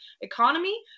economy